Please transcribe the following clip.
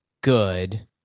good